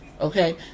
Okay